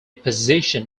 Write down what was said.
position